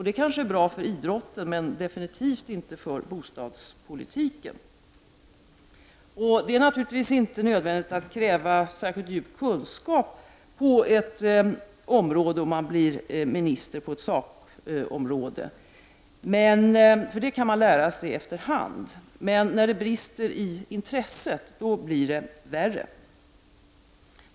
Det kanske är bra för idrotten, men definitivt inte för bostadspolitiken. Det är naturligtvis inte nödvändigt att kräva särskilt djup kunskap av den som blir minister på ett sakområde. Den kunskapen kan man skaffa sig efter hand. Men när det brister i intresse blir det värre.